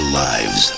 lives